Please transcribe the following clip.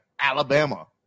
Alabama